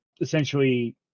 essentially